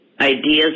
ideas